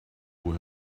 who